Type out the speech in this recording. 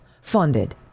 funded